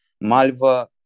Malva